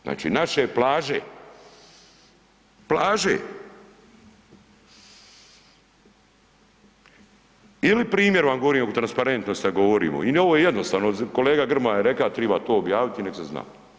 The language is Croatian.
Znači, naše plaže, plaže ili primjer vam govorim o transparentnosti kad govorimo i ovo je jednostavno, kolega Grmoja je reka triba to objavit i nek se zna.